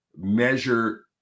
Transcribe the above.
measure